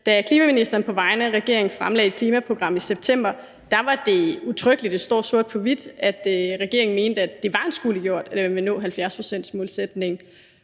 da klimaministeren fremlagde et klimaprogram i september, stod det udtrykkeligt sort på hvidt, at regeringen mente, at det var anskueliggjort, at man skulle nå 70-procentsmålsætningen.